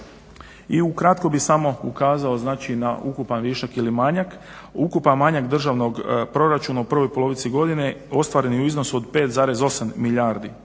I ukratko bih samo ukazao na ukupan višak ili manjak. Ukupan manjak državnog proračuna u prvoj polovici godine ostvaren je u iznosu od 5,8 milijardi